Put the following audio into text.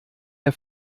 der